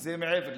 זה מעבר לכך.